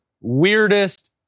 weirdest